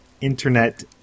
internet